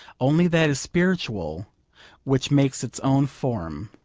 only that is spiritual which makes its own form.